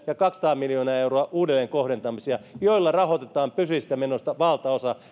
ja kaksisataa miljoonaa euroa uudelleenkohdentamisia joilla rahoitetaan pysyvistä menoista valtaosa